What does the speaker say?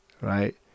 Right